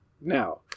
now